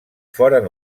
foren